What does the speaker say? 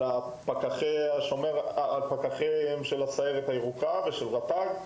אנשי ׳הסיירת הירוקה׳ ואנשי רט״ג,